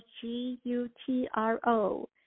G-U-T-R-O